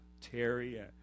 Terry